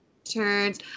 Turns